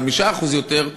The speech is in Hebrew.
5% יותר,